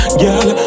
girl